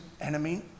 enemy